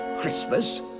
Christmas